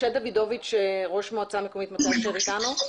משה דוידוביץ', ראש המועצה האזורית מטה אשר בבקשה.